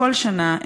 כל שנה,